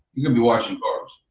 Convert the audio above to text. you're gonna be washing cars.